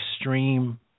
extreme